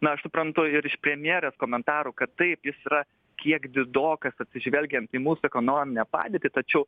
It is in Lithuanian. na aš suprantu ir iš premjerės komentarų kad taip jis yra kiek didokas atsižvelgiant į mūsų ekonominę padėtį tačiau